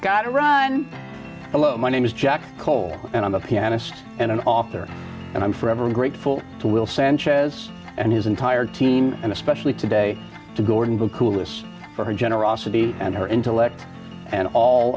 got to run a lot my name is jack cole and i'm a pianist and an author and i'm forever grateful to will sanchez and his entire team and especially today to gordon who is for her generosity and her intellect and all